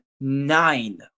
nine